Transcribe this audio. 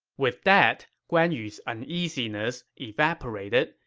with that, guan yu's uneasiness evaporated,